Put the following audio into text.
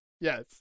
yes